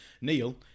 Neil